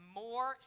more